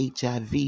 HIV